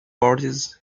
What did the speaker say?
parties